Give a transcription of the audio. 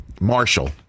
Marshall